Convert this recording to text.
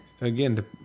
Again